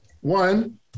one